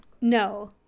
No